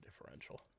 differential